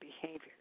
behaviors